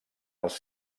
els